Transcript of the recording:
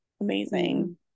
amazing